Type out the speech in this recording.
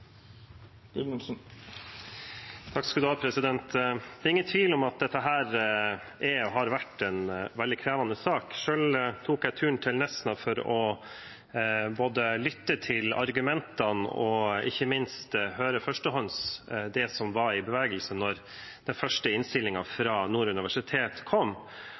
Det er ingen tvil om at dette er og har vært en veldig krevende sak. Selv tok jeg turen til Nesna for både å lytte til argumentene og ikke minst høre førstehånds det som var i bevegelse, da den første innstillingen fra Nord universitet kom.